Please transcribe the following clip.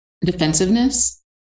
defensiveness